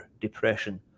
depression